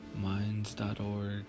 minds.org